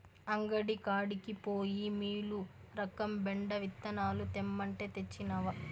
అంగడి కాడికి పోయి మీలురకం బెండ విత్తనాలు తెమ్మంటే, తెచ్చినవా